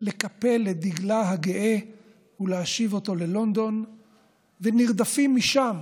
לקפל את דגלה הגאה ולהשיב אותו ללונדון ונרדפים משם